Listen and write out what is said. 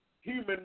human